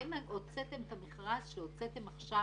אתם הוצאתם את המכרז שהוצאתם עכשיו,